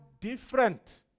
different